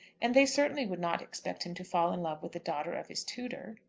and they certainly would not expect him to fall in love with the daughter of his tutor.